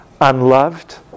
unloved